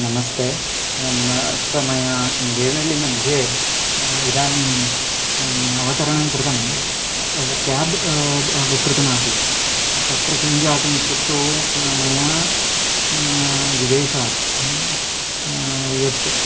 नमस्ते अत्र मया देवनहळ्ळिमध्ये इदानीम् अवतरणं कृतं केब् ब् बुक् कृतमासीत् तत्र किं जातम् इत्युक्तौ मया विदेशात् यत्